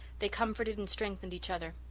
they comforted and strengthened each other.